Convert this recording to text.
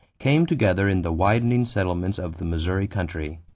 came together in the widening settlements of the missouri country.